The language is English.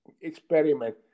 experiment